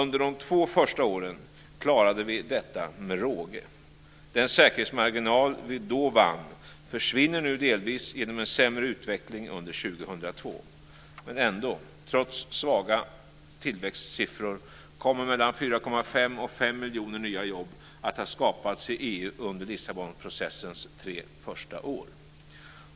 Under de två första åren klarade vi detta med råge. Den säkerhetsmarginal vi då vann försvinner nu delvis genom en sämre utveckling under 2002. Men ändå, trots svaga tillväxtsiffror, kommer 4,5-5 miljoner nya jobb att ha skapats i EU under Lissabonprocessens tre första år.